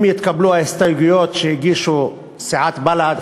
אם יתקבלו ההסתייגויות שהגישו סיעת בל"ד,